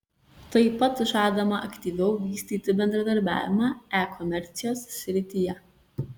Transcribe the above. tai pat žadama aktyviau vystyti bendradarbiavimą e komercijos srityje